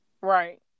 Right